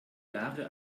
jahre